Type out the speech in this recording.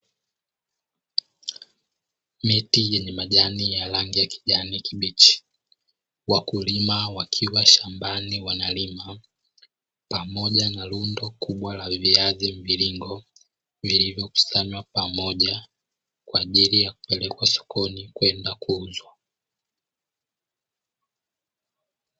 Miti yenye majani ya rangi ya kijani kibichi, wakulima wakiwa shambani wanalima pamoja na rundo kubwa la viazi mviringo vilivyokusanywa pamoja kwa ajili ya kupelekwa sokoni kwenda kuuzwa.